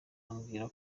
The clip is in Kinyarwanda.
ambwira